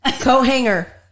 Co-hanger